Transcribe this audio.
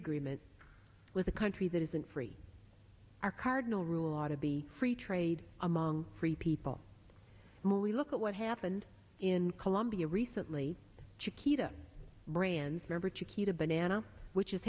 agreement with a country that isn't free our cardinal rule ought to be free trade among free people mostly look at what happened in colombia recently chiquita brands member chiquita banana which is